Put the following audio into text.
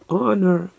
honor